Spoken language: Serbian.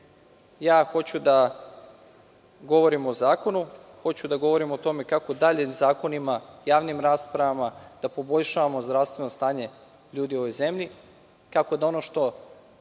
Ja hoću da govorim o zakonu, hoću da govorim o tome kako daljim zakonima i javnim raspravama da poboljšavamo zdravstveno stanje ljudi u ovoj zemlji, kako da ono što